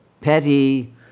petty